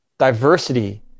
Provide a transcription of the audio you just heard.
diversity